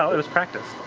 so it was practice.